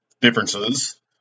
differences